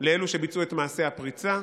לאלו שביצעו את מעשה הפריצה.